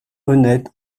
honnête